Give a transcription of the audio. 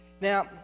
Now